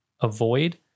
avoid